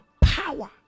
power